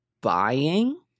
buying